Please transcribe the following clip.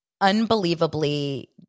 unbelievably